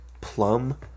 plum